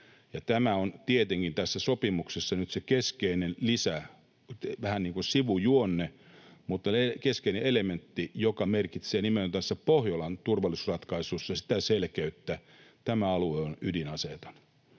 Tämä on tietenkin tässä sopimuksessa nyt se keskeinen lisä, vähän niin kuin sivujuonne mutta keskeinen elementti, joka merkitsee nimenomaan tässä Pohjolan turvallisuusratkaisussa sitä selkeyttä, että tämä alue on ydinaseeton.